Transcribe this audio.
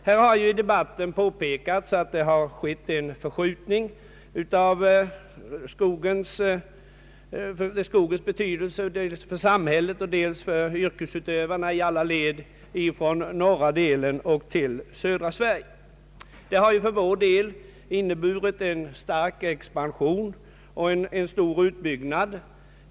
I debatten här har påpekats att det skett en förskjutning av skogens betydelse för samhället och för yrkesutövarna i alla led från norra till södra Sverige. Detta har för vår del inneburit en stark expansion och en stor utbyggnad.